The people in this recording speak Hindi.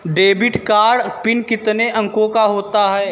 डेबिट कार्ड पिन कितने अंकों का होता है?